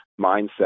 mindset